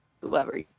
whoever